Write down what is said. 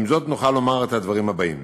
עם זאת, נוכל לומר הדברים הבאים: